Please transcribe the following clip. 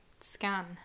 scan